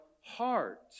heart